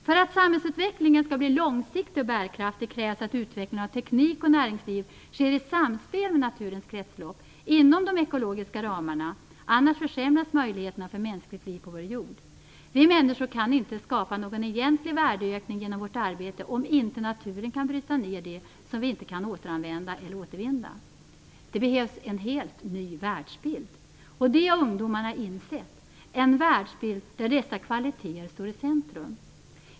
För att samhällsutvecklingen skall bli långsiktig och bärkraftig krävs att utvecklingen av teknik och näringsliv sker i samspel med naturens kretslopp, inom de ekologiska ramarna - annars försämras möjligheterna för mänskligt liv på vår jord. Vi människor kan inte skapa någon egentlig värdeökning genom vårt arbete om inte naturen kan bryta ned det som vi inte kan återanvända eller återvinna. Det behövs en helt ny världsbild! Och det har ungdomarna insett. Det behövs en världsbild där dessa kvaliteter står i centrum.